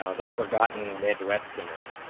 ah the forgotten midwesterner